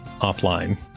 offline